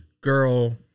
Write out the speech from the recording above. girl